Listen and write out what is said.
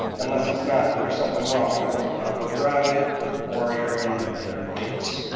unless it's not, there's something wrong like it wasn't properly grouted or you're in. yeah, i mean it's